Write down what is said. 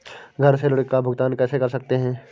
घर से ऋण का भुगतान कैसे कर सकते हैं?